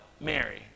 Mary